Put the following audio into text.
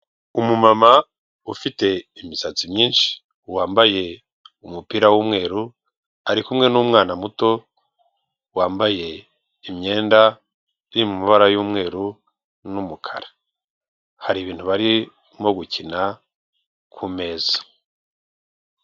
Umumama ufite imisatsi myinshi, wambaye umupira w'umweru, ari kumwe n'umwana muto, wambaye imyenda iri mu mabara y'umweru n'umukara, hari ibintu barimo gukina ku meza.